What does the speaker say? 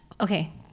Okay